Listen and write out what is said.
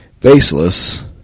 Baseless